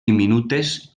diminutes